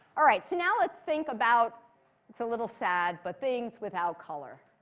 all right, so now let's think about it's a little sad but things without color.